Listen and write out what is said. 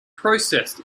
processed